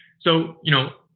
so, you know,